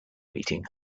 meeting